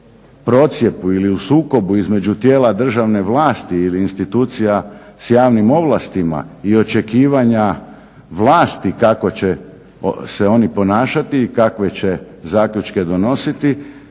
procjepu ili u sukobu između tijela državne vlasti ili institucija s javnim ovlastima i očekivanja vlasti kako će se oni ponašati i kakve će zaključke donositi,